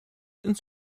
ins